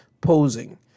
Posing